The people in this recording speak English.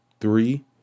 three